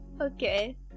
Okay